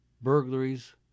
burglaries